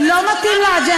תגידי לי את,